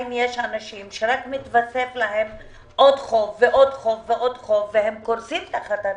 ועדיין יש אנשים שרק מתווסף להם עוד חוב ועוד חוב והם קורסים תחת הנטל.